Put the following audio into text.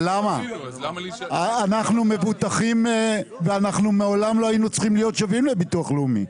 אנחנו מבוטחים ואנחנו מעולם לא היינו צריכים להיות שווים לביטוח לאומי,